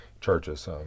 churches